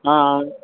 ஆ